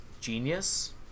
genius